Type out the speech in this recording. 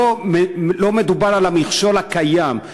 לא מדובר על המכשול הקיים,